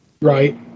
Right